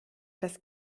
das